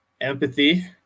empathy